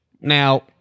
Now